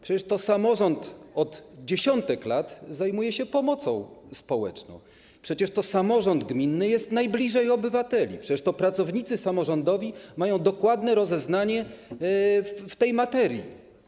Przecież to samorząd od dziesiątek lat zajmuje się pomocą społeczną, przecież to samorząd gminny jest najbliżej obywateli, przecież to pracownicy samorządowi mają dokładne rozeznanie w tej materii.